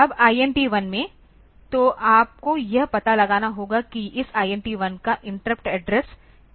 अब INT1 में तो आपको यह पता लगाना होगा कि इस INT1 का इंटरप्ट एड्रेस क्या है